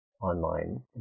online